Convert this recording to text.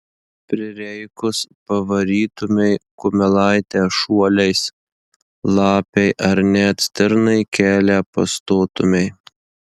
prireikus pavarytumei kumelaitę šuoliais lapei ar net stirnai kelią pastotumei